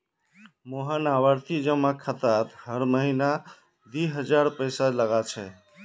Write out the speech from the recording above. मोहन आवर्ती जमा खातात हर महीना दी हजार पैसा लगा छे